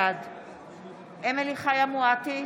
בעד אמילי חיה מואטי,